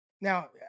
Now